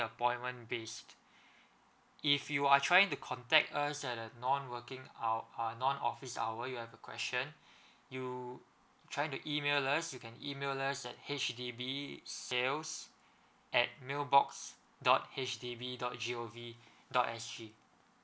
appointment based if you are trying to contact us at a non working hou~ uh non office hour you have a question you try to email us you can email us at H_D_B sales at mail box dot H D B dot G O V dot S G